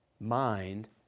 mind